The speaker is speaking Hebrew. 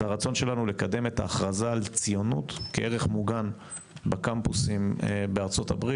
הרצון שלנו לקדם את ההכרזה על ציונות כערך מוגן בקמפוסים בארה"ב,